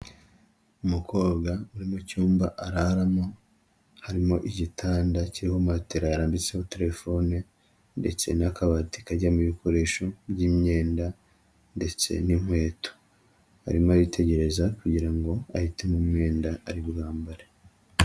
Umukobwa uri mu cyumba araramo, harimo igitanda kiriho matera, yarambitseho terefone ndetse n'akabati kajyamo ibikoresho by'imyenda ndetse n'inkweto, arimo aritegereza kugira ngo ahitemo umwenda aribwambare.